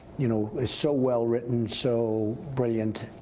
you know, so well written, so brilliant.